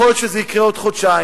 יכול להיות שזה יקרה בעוד חודשיים,